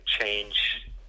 change